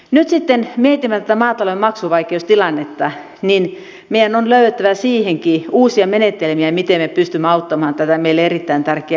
nyt sitten kun mietimme tätä maatalouden maksuvaikeustilannetta meidän on löydettävä siihenkin uusia menetelmiä miten me pystymme auttamaan tätä meille erittäin tärkeää elinkeinoa